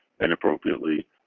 inappropriately